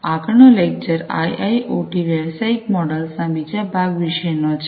આગળનો lecture IIoT વ્યવસાયિક models ના બીજા ભાગ વિષે નો છે